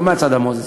לא מהצד המוזסי,